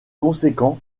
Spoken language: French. conséquent